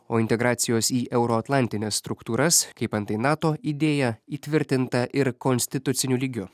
o integracijos į euroatlantines struktūras kaip antai nato idėja įtvirtinta ir konstituciniu lygiu